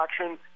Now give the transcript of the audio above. action